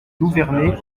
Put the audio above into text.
louverné